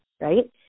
right